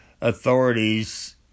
Authorities